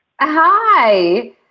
Hi